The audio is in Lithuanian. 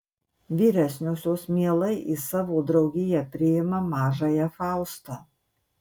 vyresniosios mielai į savo draugiją priima mažąją faustą